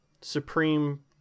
supreme